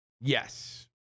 yes